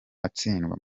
atsindwa